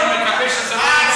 אני מקווה שזה לא, לא.